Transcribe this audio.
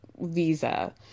visa